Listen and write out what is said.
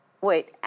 Wait